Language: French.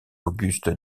auguste